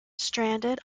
stranded